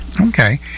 Okay